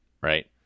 right